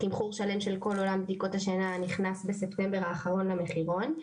תמחור שלם של כל עולם בדיקות השינה נכנס בספטמבר האחרון למחירון.